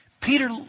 Peter